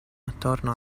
attorno